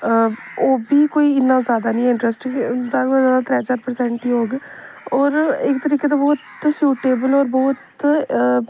ओह् बी कोई इ'न्ना जादा निं ऐ इंटरस्ट जादा कोला जादा त्रैऽ चार परसेंट गै होग होर इक तरीके दा बहोत सूटेबल होर बहोत